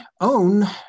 own